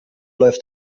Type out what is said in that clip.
läuft